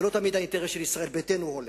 ולא תמיד האינטרס של ישראל ביתנו הולם.